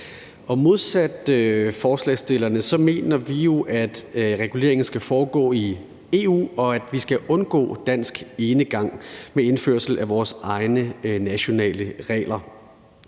Og modsat forslagsstillerne mener vi jo, at reguleringer skal foregå i EU, og at vi skal undgå dansk enegang med indførelse af vores egne nationale regler.